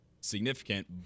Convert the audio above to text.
significant